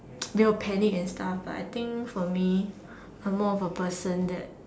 they will panic and stuff but I think for me I'm more of a person that